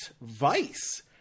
Vice